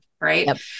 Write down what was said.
Right